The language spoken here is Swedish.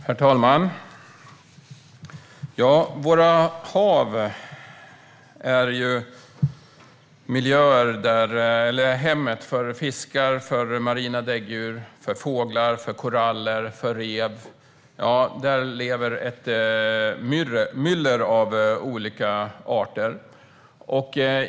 Herr talman! Våra hav är ju hem för fiskar, för marina däggdjur, för fåglar, för koraller, för rev - ja, där lever ett myller av olika arter.